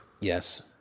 Yes